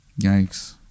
Yikes